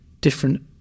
different